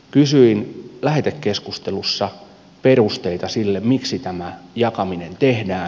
kysyin lähetekeskustelussa perusteita sille miksi tämä jakaminen tehdään